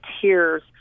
tears